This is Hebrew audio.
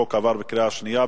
החוק עבר בקריאה השנייה.